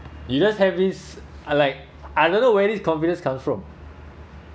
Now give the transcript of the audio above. you just have this uh like I don’t know where this confidence come from